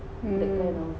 hmm